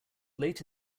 late